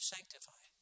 Sanctify